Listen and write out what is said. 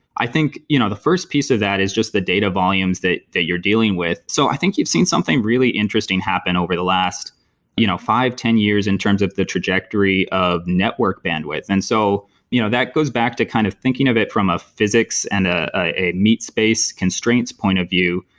i think you know the first piece of that is just the data volumes that you're you're dealing with. so i think you've seen something really interesting happened over the last you know five ten years in terms of the trajectory of network bandwidth. and so you know that goes back to kind of thinking of it from a physics and ah a meatspace constraints point of view.